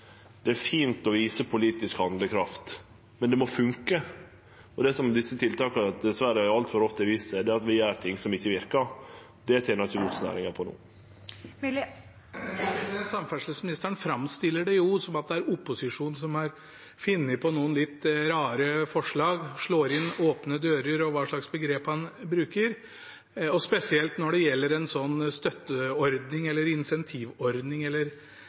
Det er fint å vise politisk handlekraft, men det må fungere. Og det som dessverre altfor ofte har vist seg med desse tiltaka, er at vi gjer ting som ikkje verkar. Det tener ikkje godsnæringa på no. Samferdselsministeren framstiller det som om det er opposisjonen som har funnet på noen litt rare forslag, slår inn åpne dører og hva slags begreper det nå er han bruker, spesielt når det gjelder en slik støtteordning, incentivordning eller